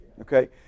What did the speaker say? okay